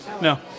No